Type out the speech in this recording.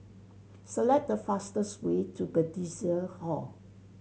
select the fastest way to Bethesda Hall